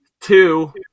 Two